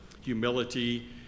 humility